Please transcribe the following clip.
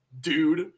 dude